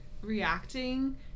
reacting